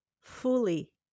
fully